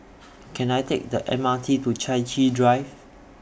Can I Take The M R T to Chai Chee Drive